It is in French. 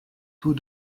tous